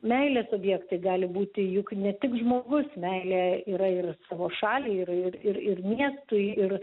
meilės objektai gali būti juk ne tik žmogus meilė yra ir savo šaliai ir ir ir miestui ir